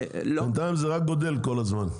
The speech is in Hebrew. בינתיים זה רק גודל כל הזמן.